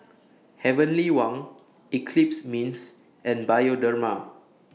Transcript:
Heavenly Wang Eclipse Mints and Bioderma